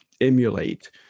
emulate